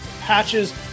patches